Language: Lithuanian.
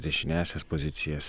dešiniąsias pozicijas